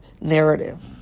narrative